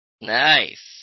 Nice